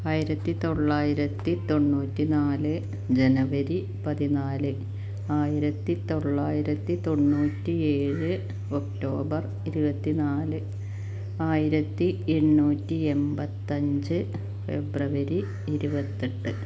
ആയിരത്തി തൊള്ളായിരത്തി തൊണ്ണൂറ്റി നാല് ജനുവരി പതിനാല് ആയിരത്തി തൊള്ളായിരത്തി തൊണ്ണൂറ്റി ഏഴ് ഒക്ടോബർ ഇരുപത്തി നാല് ആയിരത്തി എണ്ണൂറ്റി എമ്പത്തഞ്ച് ഫെബ്രുവരി ഇരുപത്തെട്ട്